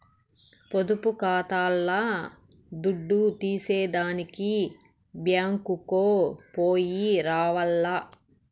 పొదుపు కాతాల్ల దుడ్డు తీసేదానికి బ్యేంకుకో పొయ్యి రావాల్ల